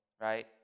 right